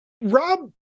Rob